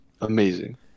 amazing